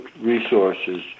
resources